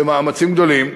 במאמצים גדולים,